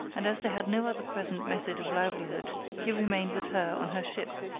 and as they had no other present method of livelihood he remained with her on her ship.